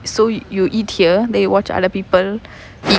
so y~ you eat here then you watch other people eat